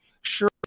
sure